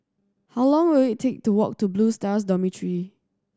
how long will it take to walk to Blue Stars Dormitory